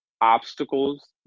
obstacles